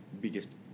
biggest